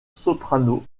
soprano